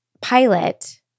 pilot